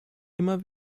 immer